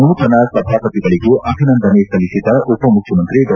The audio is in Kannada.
ನೂತನ ಸಭಾಪತಿಗಳಿಗೆ ಅಭಿನಂದನೆ ಸಲ್ಲಿಸಿದ ಉಪಮುಖ್ಯಮಂತ್ರಿ ಡಾ